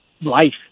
life